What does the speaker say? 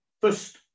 first